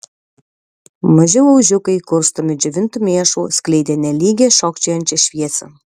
maži laužiukai kurstomi džiovintu mėšlu skleidė nelygią šokčiojančią šviesą